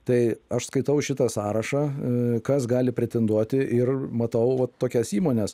tai aš skaitau šitą sąrašą kas gali pretenduoti ir matau vat tokias įmones